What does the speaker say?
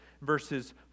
verses